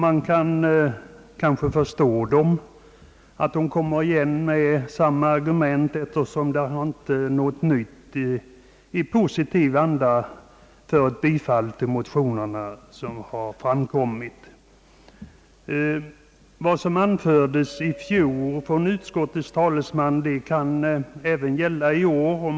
Man kan kanske förstå det, eftersom det inte framkommit något nytt i positiv anda för bifall till motionen. Vad som anfördes i fjol från utskottets talesman kan även gälla i år.